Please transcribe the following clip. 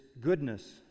goodness